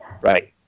Right